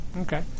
Okay